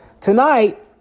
tonight